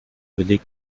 beleg